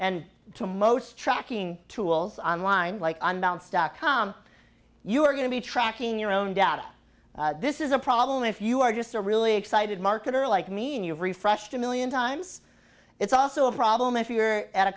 and to most tracking tools online like on balance dot com you are going to be tracking your own data this is a problem if you are just a really excited marketer like mean you've refreshed a million times it's also a problem if you're at a